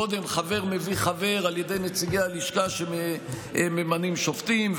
קודם חבר מביא חבר על ידי נציגי הלשכה שממנים שופטים,